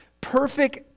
perfect